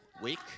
week